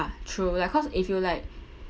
true like cause if you like